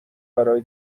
برای